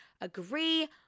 agree